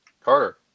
Carter